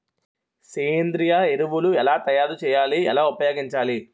సేంద్రీయ ఎరువులు ఎలా తయారు చేయాలి? ఎలా ఉపయోగించాలీ?